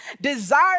desire